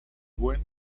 rouen